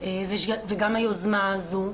וגם היוזמה הזו.